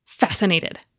Fascinated